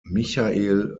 michael